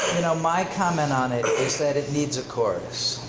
my comment on it is that it needs a chorus.